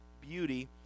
beauty